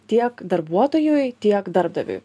tiek darbuotojui tiek darbdaviui